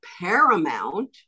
Paramount